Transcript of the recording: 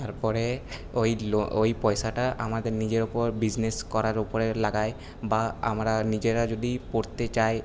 তারপরে ওই ওই পয়সাটা আমাদের নিজের ওপর বিজনেস করার উপরে লাগাই বা আমরা নিজেরা যদি পড়তে চাই